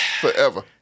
Forever